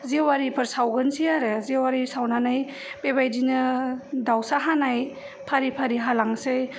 जेवारिफोर सावगोनसै आरो जेवारि सावनानै बेबायदिनो दावसा हानाय फारि फारि हालांसै